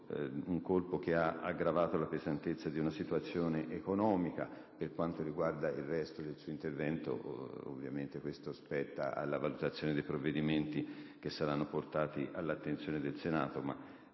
un colpo che ha aggravato la pesantezza della situazione economica. Per quanto riguarda la sua richiesta, la risposta spetta alla valutazione dei provvedimenti che saranno portati all'attenzione del Senato,